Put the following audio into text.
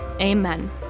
Amen